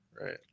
Right